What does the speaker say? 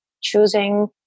choosing